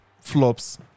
flops